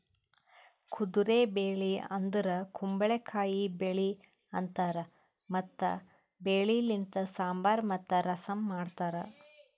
ಕುದುರೆ ಬೆಳಿ ಅಂದುರ್ ಕುಂಬಳಕಾಯಿ ಬೆಳಿ ಅಂತಾರ್ ಮತ್ತ ಬೆಳಿ ಲಿಂತ್ ಸಾಂಬಾರ್ ಮತ್ತ ರಸಂ ಮಾಡ್ತಾರ್